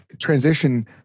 transition